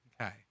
Okay